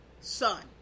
son